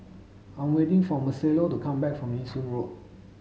I'm waiting for Marcelo to come back from Nee Soon Road